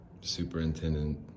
superintendent